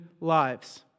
lives